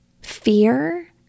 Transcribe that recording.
fear